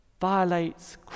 violates